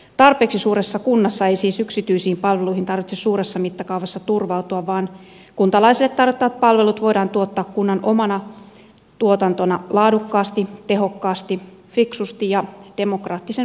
tarpeeksi suuressa kunnassa ei siis yksityisiin palveluihin tarvitse suuressa mittakaavassa turvautua vaan kuntalaisille tarjottavat palvelut voidaan tuottaa kunnan omana tuotantona laadukkaasti tehokkaasti fiksusti ja demokraattisen valvonnan alla